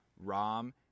rom